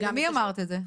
למי אמרת את זה?